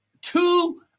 two